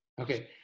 Okay